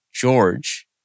George